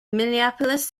minneapolis